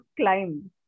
climb